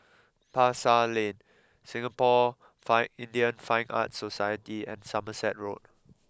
Pasar Lane Singapore Fine Indian Fine Arts Society and Somerset Road